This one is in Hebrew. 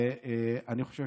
אני חושב,